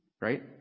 Right